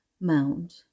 mound